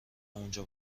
اونجا